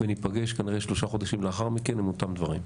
וניפגש כנראה שלושה חודשים לאחר מכן עם אותם דברים,